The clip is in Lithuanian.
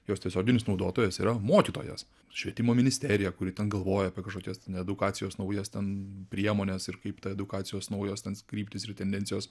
jos tiesioginis naudotojas yra mokytojas švietimo ministerija kuri ten galvoja apie kažkokias ten edukacijos naujas ten priemones ir kaip ta edukacijos naujos kryptys ir tendencijos